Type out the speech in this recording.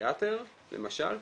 פסיכיאטר למשל,